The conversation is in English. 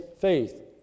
faith